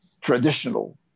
traditional